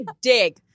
dig